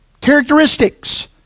characteristics